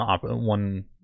one